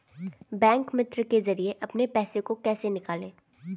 Bank मित्र के जरिए अपने पैसे को कैसे निकालें?